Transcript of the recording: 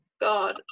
god